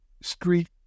street